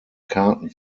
karten